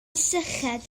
syched